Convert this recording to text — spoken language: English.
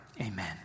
amen